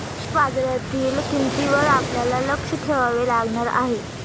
share बाजारातील किंमतींवर आपल्याला लक्ष ठेवावे लागणार आहे